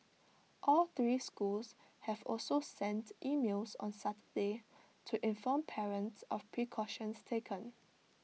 all three schools have also sent emails on Saturday to inform parents of precautions taken